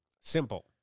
Simple